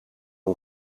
een